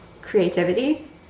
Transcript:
creativity